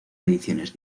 ediciones